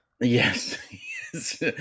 Yes